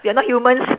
we're not humans